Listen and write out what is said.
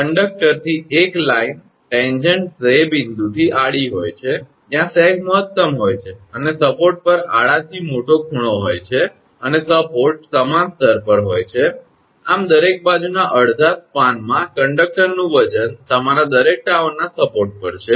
કંડક્ટરથી એક લાઇન સ્પર્શ રેખા તે બિંદુએ આડી હોય છે જ્યાં સેગ મહત્તમ હોય છે અને સપોર્ટ પર આડાથી મોટો ખૂણો હોય છે અને સપોર્ટ સમાન સ્તર પર હોય છે આમ દરેક બાજુના અડધા સ્પાનમાં કંડકટર નું વજન તમારા દરેક ટાવરના સપોર્ટ પર છે